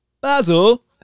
Basil